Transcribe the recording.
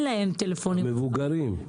מבוגרים.